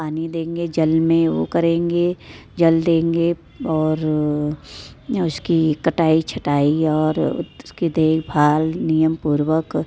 पानी देंगे जल में वो करेंगे जल देंगे और उसकी कटाई छटाई और उसकी देखभाल नियमपूर्वक